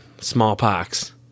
smallpox